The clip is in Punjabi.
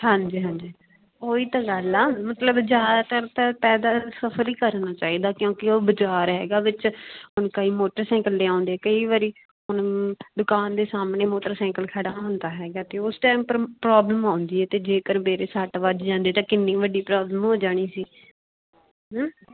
ਹਾਂਜੀ ਹਾਂਜੀ ਉਹੀ ਤਾਂ ਗੱਲ ਆ ਮਤਲਬ ਜ਼ਿਆਦਾਤਰ ਤਾਂ ਪੈਦਲ ਸਫਰ ਹੀ ਕਰਨਾ ਚਾਹੀਦਾ ਕਿਉਂਕਿ ਉਹ ਬਾਜ਼ਾਰ ਹੈਗਾ ਵਿੱਚ ਹੁਣ ਕਈ ਮੋਟਰਸਾਈਕਲ ਲਿਆਉਂਦੇ ਕਈ ਵਾਰੀ ਹੁਣ ਦੁਕਾਨ ਦੇ ਸਾਹਮਣੇ ਮੋਟਰਸਾਈਕਲ ਖੜ੍ਹਾਤਾ ਹੈਗਾ ਅਤੇ ਉਸ ਟੈਮ ਪ੍ਰ ਪ੍ਰੋਬਲਮ ਆਉਂਦੀ ਹੈ ਅਤੇ ਜੇਕਰ ਮੇਰੇ ਸੱਟ ਵੱਜ ਜਾਂਦੀ ਤਾਂ ਕਿੰਨੀ ਵੱਡੀ ਪ੍ਰੋਬਲਮ ਹੋ ਜਾਣੀ ਸੀ ਹੂੰ